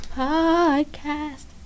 podcast